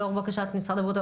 לאור בקשת משרד הבריאות?